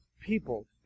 people